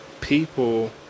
people